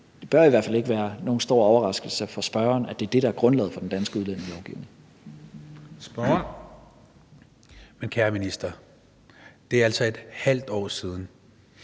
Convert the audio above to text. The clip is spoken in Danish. det bør det i hvert fald ikke være – nogen stor overraskelse for spørgeren, at det er det, der er grundlaget for den danske udlændingelovgivning. Kl. 16:13 Den fg. formand (Christian